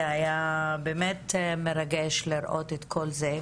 זה היה באמת מרגש לראות את כל זה,